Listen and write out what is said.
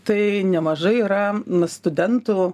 tai nemažai yra studentų